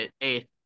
eighth